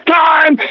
time